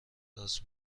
راست